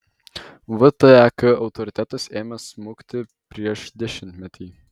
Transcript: vtek autoritetas ėmė smukti prieš dešimtmetį